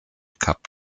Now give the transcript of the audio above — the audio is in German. cup